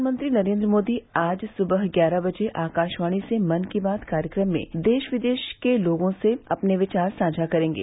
प्रधानमंत्री नरेन्द्र मोदी आज सुबह ग्यारह बजे आकाशवाणी से मन की बात कार्यक्रम में देश विदेश के लोगों के साथ अपने विचार साझा करेंगे